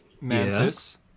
mantis